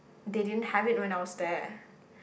they didn't have it when I was there